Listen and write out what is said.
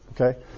Okay